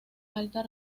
alta